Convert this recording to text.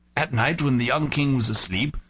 at night, when the young king was asleep,